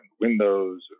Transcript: windows